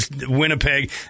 Winnipeg